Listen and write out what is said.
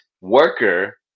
worker